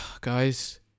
guys